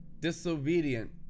disobedient